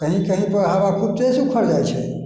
कहीँ कहीँपर हवा खूब तेजसँ उखड़ि जाइ छै